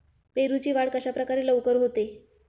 पेरूची वाढ कशाप्रकारे लवकर होते?